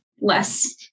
less